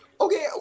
Okay